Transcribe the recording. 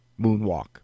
moonwalk